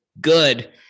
good